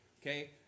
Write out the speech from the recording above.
Okay